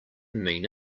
mean